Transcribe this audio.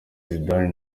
zidane